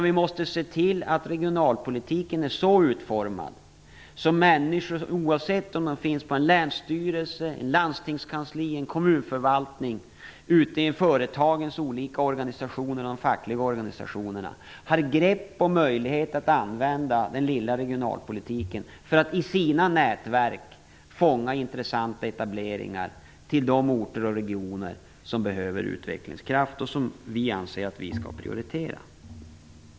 Vi måste se till att regionalpolitiken är så utformad att människor, oavsett om de finns på en länsstyrelse, ett landstingskansli, en kommunförvaltning eller ute i företagens olika fackliga organisationer har grepp om och möjlighet att använda den lilla regionalpolitiken för att i sina nätverk fånga intressanta etableringar till de orter och regioner som behöver utvecklingskraft och som vi anser att vi skall prioritera.